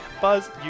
Buzz